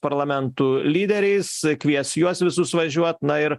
parlamentų lyderiais kvies juos visus važiuot na ir